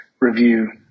review